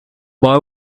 boy